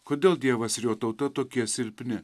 kodėl dievas ir jo tauta tokie silpni